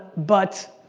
but